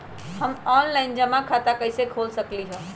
हम ऑनलाइन जमा खाता कईसे खोल सकली ह?